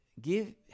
give